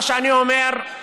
מה שאני אומר הוא